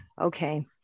Okay